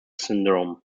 syndrome